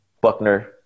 Buckner